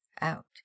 out